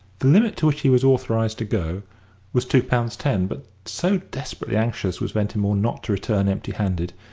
the limit to which he was authorised to go was two pounds ten but, so desperately anxious was ventimore not to return empty-handed,